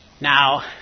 Now